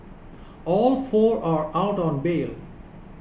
all four are out on bail